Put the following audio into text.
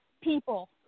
people